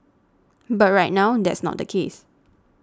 but right now that's not the case